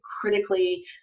critically